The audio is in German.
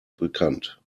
bekannt